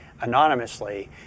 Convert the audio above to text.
anonymously